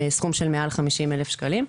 בסכום של מעל 50,000 שקלים.